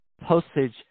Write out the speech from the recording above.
postage